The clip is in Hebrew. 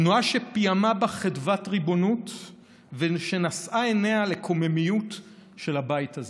תנועה שפיעמה בה חדוות ריבונות ושנשאה עיניה לקוממיות של הבית הזה.